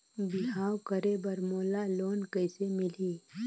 बिहाव करे बर मोला लोन कइसे मिलही?